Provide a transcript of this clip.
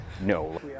no